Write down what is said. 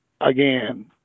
again